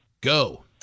Go